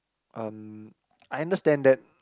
um I understand that